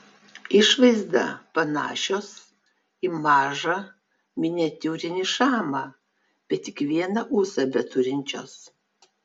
išvaizda panašios į mažą miniatiūrinį šamą bet tik vieną ūsą beturinčios